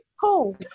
cool